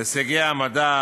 הישגי המדע,